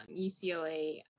UCLA